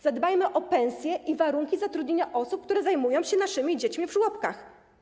Zadbajmy o pensje i warunki zatrudnienia osób, które zajmują się naszymi dziećmi w żłobkach.